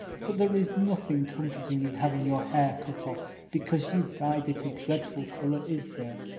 but there is nothing comforting in having your hair cut off because you've dyed it a dreadful color, is there?